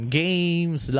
games